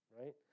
Right